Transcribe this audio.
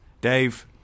Dave